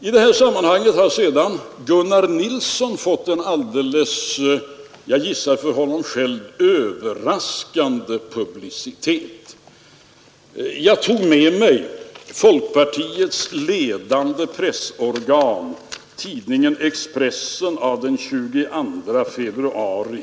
I detta sammanhang har sedan Gunnar Nilsson fått en — jag gissar — för honom själv alldeles överraskande publicitet. Jag tog med mig folkpartiets ledande pressorgan, tidningen Expressen, av den 22 februari.